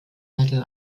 metal